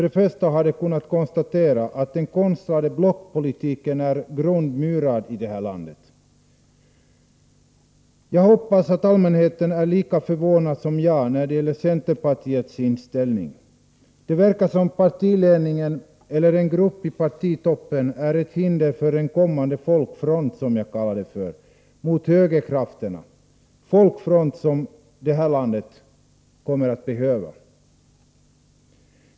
De har kunnat konstatera att den konstlade blockpolitiken är grundmurad i det här landet. Jag hoppas att allmänheten är lika förvånad som jag när det gäller centerpartiets inställning. Det verkar som om partiledningen eller en grupp i partitoppen är ett hinder för en kommande folkfront, som jag kallar det för, mot högerkrafterna som det här landet kommer att behöva.